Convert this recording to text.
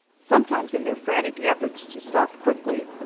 sometimes, in their frantic efforts to stop quickly,